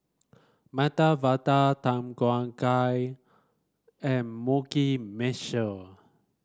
Medu Vada Tom Kha Gai and Mugi Meshi